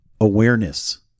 awareness